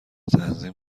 تنظیم